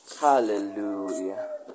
Hallelujah